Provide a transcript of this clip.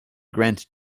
grand